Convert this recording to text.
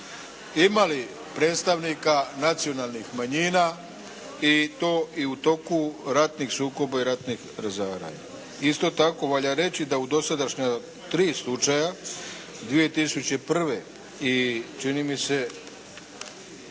imali predstavnika nacionalnih manjina i to i u toku ratnih sukoba i ratnih razaranja. Isto tako valja reći da u dosadašnja tri slučaja, 2001. i čini mi se